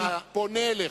תודה רבה.